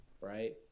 right